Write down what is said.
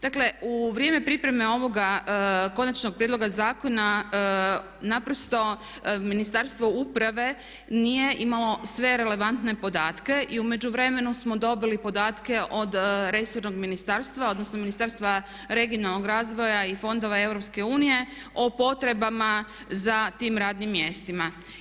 Dakle u vrijeme pripreme ovoga konačnog prijedloga zakona naprosto Ministarstvo uprave nije imalo sve relevantne podatke i u međuvremenu smo dobili podatke od resornog ministarstva odnosno Ministarstva regionalnog razvoja i fondova EU o potrebama za tim radnim mjestima.